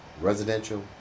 residential